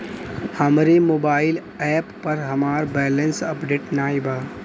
हमरे mobile app पर हमार बैलैंस अपडेट नाई बा